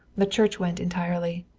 the church went entirely.